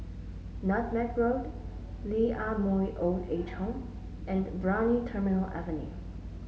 Nutmeg Road Lee Ah Mooi Old Age Home and Brani Terminal Avenue